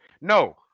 No